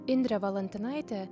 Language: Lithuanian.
indrė valantinaitė